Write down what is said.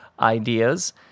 Ideas